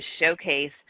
showcase